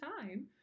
time